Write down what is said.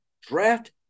draft